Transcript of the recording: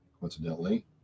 coincidentally